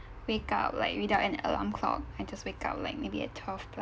wake up like without an alarm clock and just wake up like maybe at twelve pl~